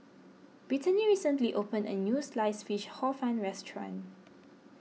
Britany recently opened a new Sliced Fish Hor Fun restaurant